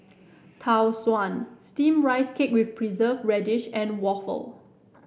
Tau Suan Steamed Rice Cake with Preserved Radish and Waffle